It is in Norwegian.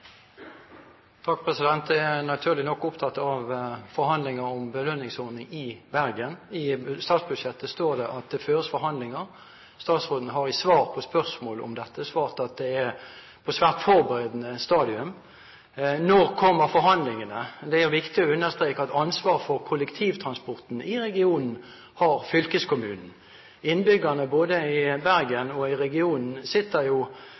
naturlig nok opptatt av forhandlinger om belønningsordning i Bergen. I statsbudsjettet står det at det føres forhandlinger. Statsråden har i svar på spørsmål om dette sagt at det er på et svært forberedende stadium. Når kommer forhandlingene? Det er viktig å understreke at ansvaret for kollektivtransporten i regionen har fylkeskommunen. Innbyggerne, både i Bergen og i regionen, sitter jo